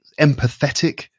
empathetic